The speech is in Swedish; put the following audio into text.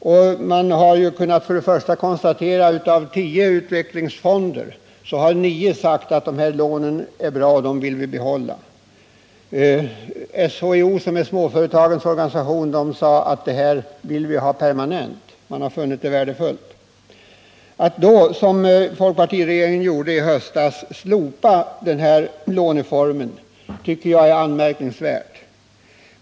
Till att börja med kan man konstatera att av tio utvecklingsfonder har nio sagt att lånen är bra och att de vill behålla dem. SHIO, som är småföretagens organisation, har sagt att man vill ha den här låneformen permanent och att man funnit den värdefull. Att då, som folkpartiregeringen gjorde i höstas, slopa den här typen av lån tycker jag är anmärkningsvärt.